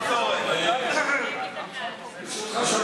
אדוני היושב-ראש,